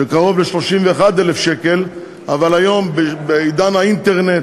של קרוב ל-31,000 שקל, אבל היום בעידן האינטרנט,